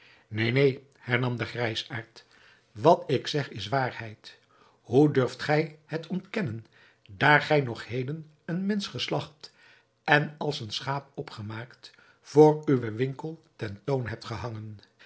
neen neen hernam de grijsaard wat ik zeg is waarheid hoe durft gij het ontkennen daar gij nog heden een mensch geslagt en als een schaap opgemaakt vr uwen winkel ten toon hebt gehangen